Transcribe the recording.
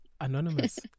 Anonymous